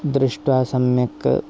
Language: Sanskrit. दृष्ट्वा सम्यक्